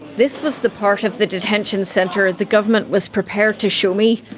this was the part of the detention centre the government was prepared to show me.